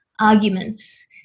arguments